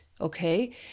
okay